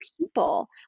people